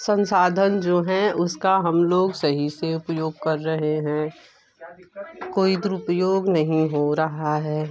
संसाधन जो हैं उसका हम लोग सही से उपयोग कर रहे हैं कोई दुरुपयोग नहीं हो रहा है